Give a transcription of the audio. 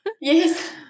yes